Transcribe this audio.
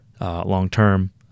long-term